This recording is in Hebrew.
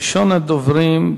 ראשון הדוברים,